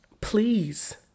please